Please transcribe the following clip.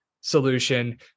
solution